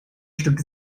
stück